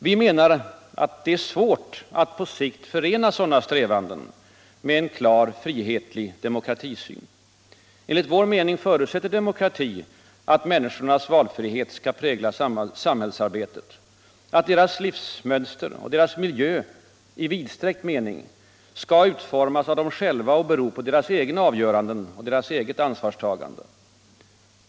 Vi menar att det är svårt att på sikt förena sådana strävanden med en klar frihetlig demokratisyn. Enligt vår mening förutsätter demokrati att människornas valfrihet skall prägla samhällsarbetet, att deras livsmönster och deras miljö i vidsträckt mening skall utformas av dem själva och bero på deras egna avgöranden och deras eget ansvarstagande.